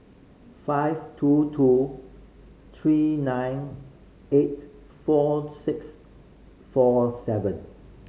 five two two three nine eight four six four seven